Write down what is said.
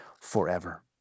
forever